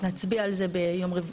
נצביע על זה ביום,